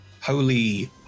Holy